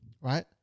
right